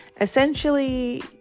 Essentially